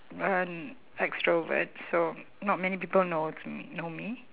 an extrovert so not many people knows me know me